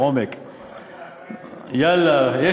יאללה, הביתה.